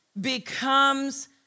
becomes